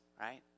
right